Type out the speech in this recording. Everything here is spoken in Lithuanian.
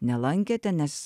nelankėte nes